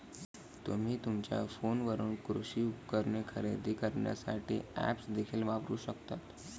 तुम्ही तुमच्या फोनवरून कृषी उपकरणे खरेदी करण्यासाठी ऐप्स देखील वापरू शकता